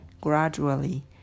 Gradually